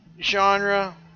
genre